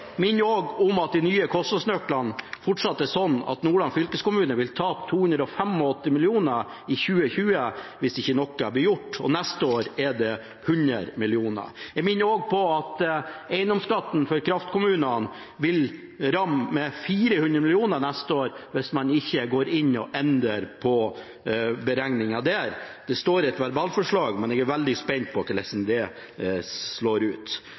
minner også om at de nye kostnadsnøklene fortsatt er sånn at Nordland fylkeskommune vil tape 285 mill. kr i 2020 hvis ikke noe blir gjort. Neste år er summen 100 mill. kr. Jeg minner også om at eiendomsskatten i kraftkommunene vil ramme med 400 mill. kr i kutt neste år hvis man ikke går inn og endrer på beregningen der. Det ligger et verbalforslag inne, men jeg er veldig spent på hvordan det slår ut.